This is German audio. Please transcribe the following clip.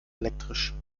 elektrisch